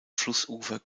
flussufer